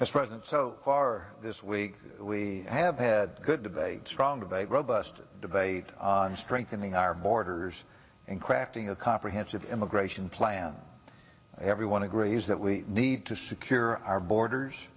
as president so far this week we have had a good debate strong of a robust debate on strengthening our borders and crafting a comprehensive immigration plan everyone agrees that we need to secure our borders